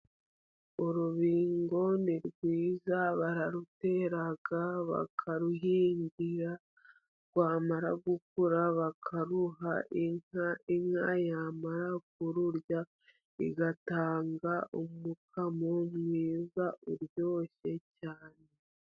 Urubingo ni rwiza bararutera bakaruhingira rwamara gukura bakaruha inka, inka yamara kururya igatanga umukamo mwiza uryoshye cyane.